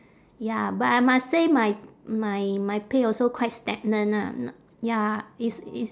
ya but I must say my my my pay also quite stagnant ah n~ ya it's it's